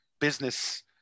business